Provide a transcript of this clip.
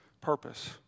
purpose